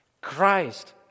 Christ